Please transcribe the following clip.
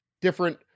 different